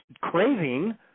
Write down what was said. craving